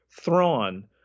Thrawn